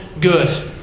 good